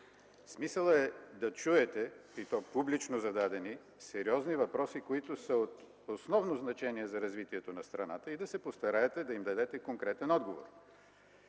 Смисълът е да чуете, и то публично зададени, сериозни въпроси, които са от основно значение за развитието на страната, и да се постараете да им дадете конкретен отговор.